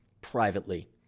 privately